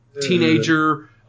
teenager